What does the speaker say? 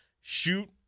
shoot